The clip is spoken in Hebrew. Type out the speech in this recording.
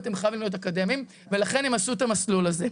אתם חייבים להיות אקדמיים ולכן הם עשו את המסלול הזה.